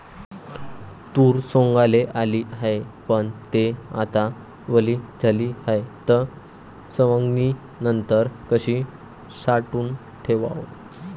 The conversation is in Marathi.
तूर सवंगाले आली हाये, पन थे आता वली झाली हाये, त सवंगनीनंतर कशी साठवून ठेवाव?